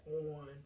on